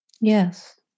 Yes